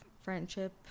friendship